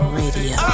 radio